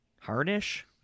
Harnish